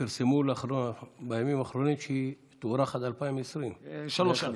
פרסמו בימים האחרונים שהיא תוארך עד 2020. שלוש שנים,